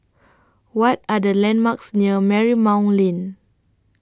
What Are The landmarks near Marymount Lane